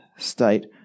State